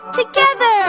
together